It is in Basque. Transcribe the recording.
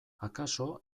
akaso